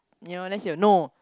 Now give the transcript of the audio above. you know then she'll no